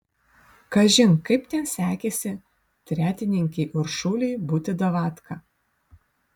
kažin kaip ten sekėsi tretininkei uršulei būti davatka